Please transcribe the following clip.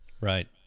Right